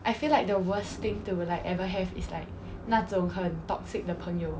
I feel like the worst thing to like ever have is like 那种很 toxic 的朋友